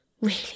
Really